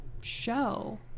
show